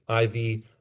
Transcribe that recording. IV